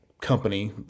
company